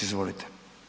Izvolite.